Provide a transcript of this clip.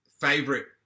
favorite